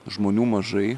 žmonių mažai